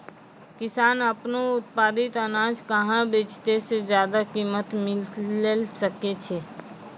किसान आपनो उत्पादित अनाज कहाँ बेचतै जे ज्यादा कीमत मिलैल सकै छै?